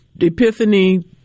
Epiphany